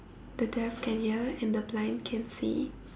the deaf can hear and the blind can see